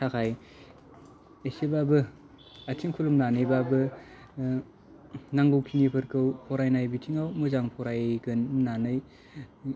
थाखाय एसेबाबो आथिं खुलुमनानैबाबो नांगौखिनिफोरखौ फरायनाय बिथिङाव मोजां फरायगोन होननानै